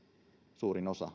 suurin osa